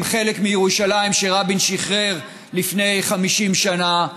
חלק מירושלים שרבין שחרר לפני 50 שנה.